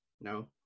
No